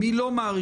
למי לא מאריכים,